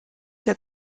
der